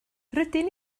rydyn